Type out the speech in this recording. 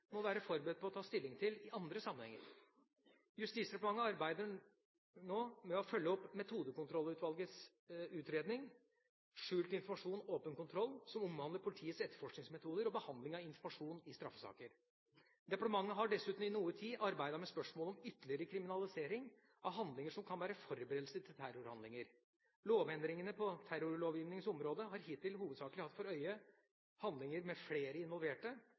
må være forberedt på å ta stilling til i andre sammenhenger. Justisdepartementet arbeider nå med å følge opp Metodekontrollutvalgets utredning, Skjult informasjon – åpen kontroll, som omhandler politiets etterforskningsmetoder og behandling av informasjon i straffesaker. Departementet har dessuten i noen tid arbeidet med spørsmålet om ytterligere kriminalisering av handlinger som kan være forberedelse til terrorhandlinger. Lovendringer på terrorlovgivningens område har hittil hovedsakelig hatt for øye handlinger med flere involverte